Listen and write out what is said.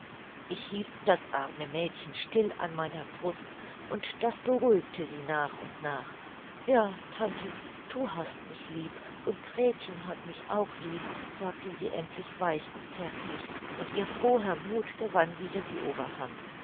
hielt das arme mädchen still an meiner brust und das beruhigte sie nach und nach ja tante du hast mich lieb und gretchen hat mich auch lieb sagte sie endlich weich und zärtlich und ihr froher muth gewann wieder die oberhand